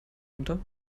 unter